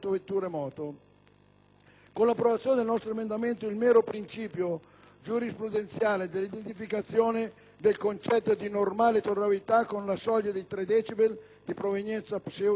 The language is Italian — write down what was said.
Con l'approvazione del nostro emendamento, il mero principio giurisprudenziale dell'identificazione del concetto di «normale tollerabilità» con la soglia dei 3 decibel (di provenienza «pseudoscientifica»),